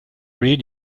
read